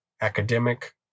academic